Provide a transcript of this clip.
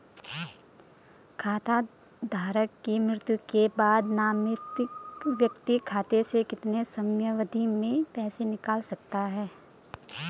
खाता धारक की मृत्यु के बाद नामित व्यक्ति खाते से कितने समयावधि में पैसे निकाल सकता है?